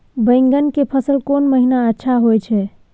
बैंगन के फसल कोन महिना अच्छा होय छै?